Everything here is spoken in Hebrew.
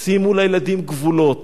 שימו לילדים גבולות,